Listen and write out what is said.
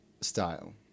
style